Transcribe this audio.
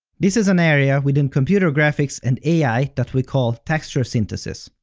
this is an area within computer graphics and ai that we call texture synthesis.